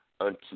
unto